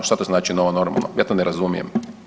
Šta to znači novo normalno, ja to ne razumijem.